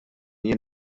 jien